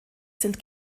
sind